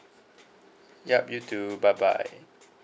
yup you too bye bye